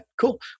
cool